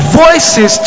voices